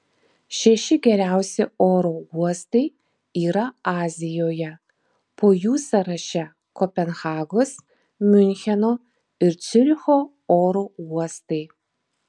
šeši geriausi oro uostai yra azijoje po jų sąraše kopenhagos miuncheno ir ciuricho oro uostai